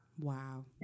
Wow